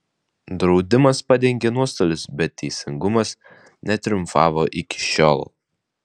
draudimas padengė nuostolius bet teisingumas netriumfavo iki šiol